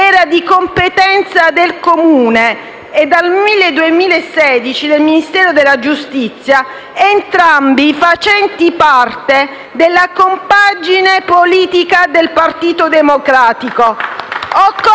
era di competenza del Comune e, dal 2016, del Ministero della giustizia, entrambi facenti parte della compagine politica del Partito Democratico)